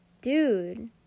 Dude